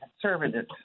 conservative